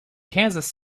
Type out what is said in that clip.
kansas